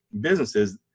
businesses